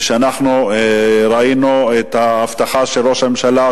ואנחנו ראינו את ההבטחה של ראש הממשלה,